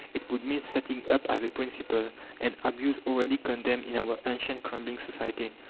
it would mean setting up as a principle an abuse already condemned in our ancient crumbling society.